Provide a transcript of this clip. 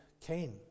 Cain